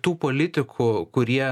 tų politikų kurie